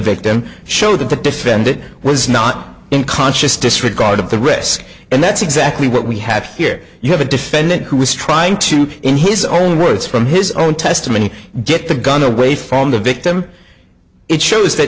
victim show that the defendant was not in conscious disregard of the risk and that's exactly what we have here you have a defendant who was trying to in his own words from his own testimony get the gun away from the victim it shows that